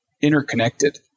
interconnected